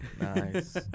Nice